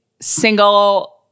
single